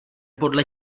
podle